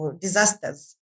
disasters